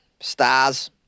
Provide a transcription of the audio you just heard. stars